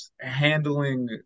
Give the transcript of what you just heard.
handling